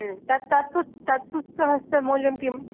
तत्पुस्तकस्य मुल्यं किम्